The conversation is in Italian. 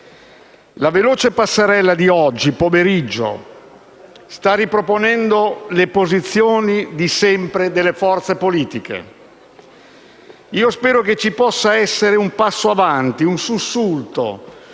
La veloce passerella di oggi pomeriggio sta riproponendo le posizioni di sempre delle forze politiche. Io spero che ci possa essere un passo avanti, un sussulto,